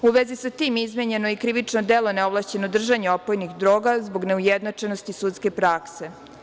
U vezi sa tim, izmenjeno je i krivično delo neovlašćeno držanje opojnih droga zbog neujednačenosti sudske prakse.